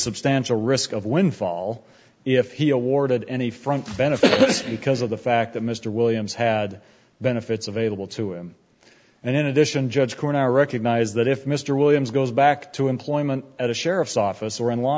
substantial risk of windfall if he awarded any front benefits because of the fact that mr williams had benefits available to him and in addition judge cornell recognize that if mr williams goes back to employment at a sheriff's office or in law